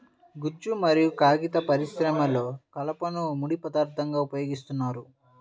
గుజ్జు మరియు కాగిత పరిశ్రమలో కలపను ముడి పదార్థంగా ఉపయోగిస్తున్నారు